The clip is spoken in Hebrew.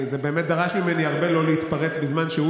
זה באמת דרש ממני הרבה לא להתפרץ בזמן שהוא